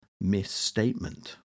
misstatement